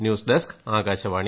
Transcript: news desk Akashvani